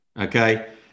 okay